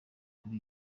kuri